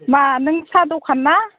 मा नों साह दखान ना